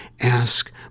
ask